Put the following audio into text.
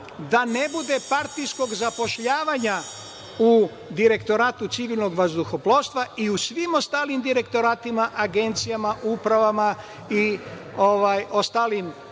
da ne bude partijskog zapošljavanja u Direktoratu civilnog vazduhoplovstva i u svim ostalim direktoratima, agencijama, upravama i ostalim